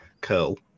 curl